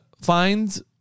finds